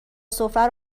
سفره